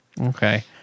Okay